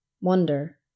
Wonder